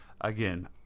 Again